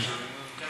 גם אני בעד.